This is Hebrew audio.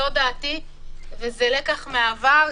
זאת דעתי וזה לקח מהעבר,